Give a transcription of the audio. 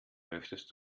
möchtest